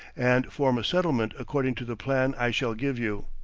and form a settlement according to the plan i shall give you.